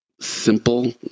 simple